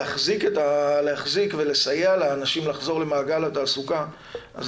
להחזיק ולסייע לאנשים לחזור למעגל התעסוקה אז